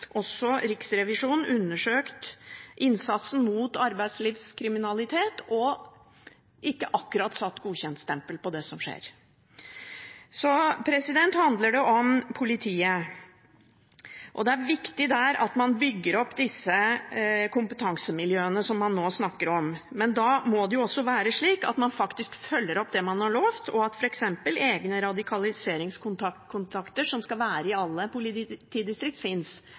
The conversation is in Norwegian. også undersøkt innsatsen mot arbeidslivskriminalitet og ikke akkurat satt godkjentstempel på det som skjer. Så handler det om politiet. Det er der viktig at man bygger opp disse kompetansemiljøene som man nå snakker om, men da må det også være slik at man faktisk følger opp det man har lovt, og at f.eks. egne radikaliseringskontakter, som skal være i alle politidistrikter, fins,